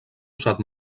usat